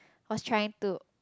was trying to